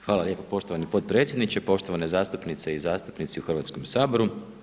Hvala lijepo poštovani potpredsjedniče, poštovane zastupnice i zastupnici u Hrvatskom saboru.